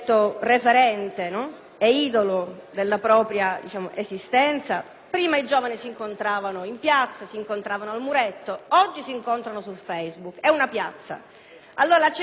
e idolo della propria esistenza? Prima i giovani si incontravano in piazza o al muretto, mentre oggi si incontrano su Facebook: è una piazza. Allora la censura mi va bene,